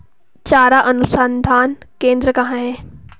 चारा अनुसंधान केंद्र कहाँ है?